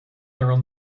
neural